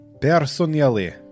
personally